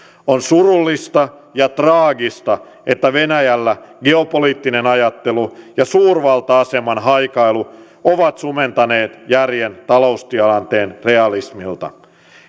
on surullista ja traagista että venäjällä geopoliittinen ajattelu ja suurvalta aseman haikailu ovat sumentaneet järjen taloustilanteen realismilta